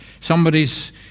Somebody's